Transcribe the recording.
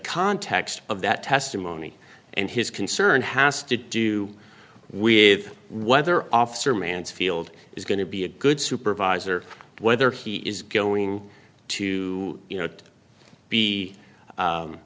context of that testimony and his concern has to do with whether officer mansfield is going to be a good supervisor whether he is going to be